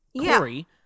Corey